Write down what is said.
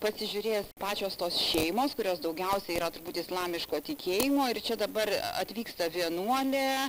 pasižiūrės pačios tos šeimos kurios daugiausia yra turbūt islamiško tikėjimo ir čia dabar atvyksta vienuolė